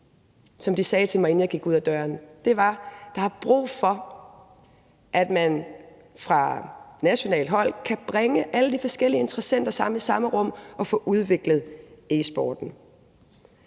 som de sagde til mig, inden jeg gik ud ad døren, var, at der er brug for, at man fra nationalt hold kan bringe alle de forskellige interessenter sammen i det samme rum og få udviklet e-sporten.